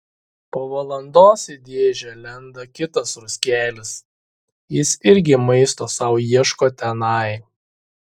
po valandos į dėžę lenda kitas ruskelis jis irgi maisto sau ieško tenai